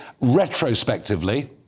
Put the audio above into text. retrospectively